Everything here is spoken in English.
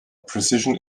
precision